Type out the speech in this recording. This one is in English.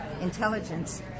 intelligence